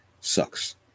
sucks